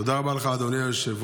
תודה רבה לך, אדוני היושב-ראש.